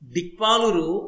Dikpaluru